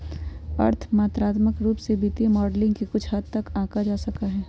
अर्थ मात्रात्मक रूप से वित्तीय मॉडलिंग के कुछ हद तक आंका जा सका हई